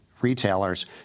retailers